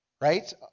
right